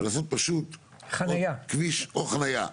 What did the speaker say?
ולעשות פשוט כביש או חנייה.